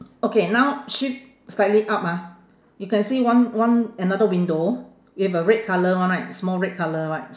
okay now shift slightly up ah you can see one one another window with a red colour one right small red colour right